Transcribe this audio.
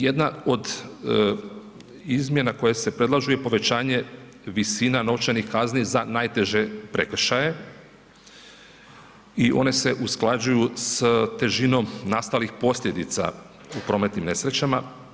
Jedna od izmjena koje se predlažu je povećanje visina novčanih kazni za najteže prekršaje i one se usklađuju s težinom nastalih posljedica u prometnim nesrećama.